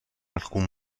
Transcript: alcun